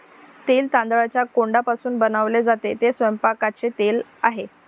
तेल तांदळाच्या कोंडापासून बनवले जाते, ते स्वयंपाकाचे तेल आहे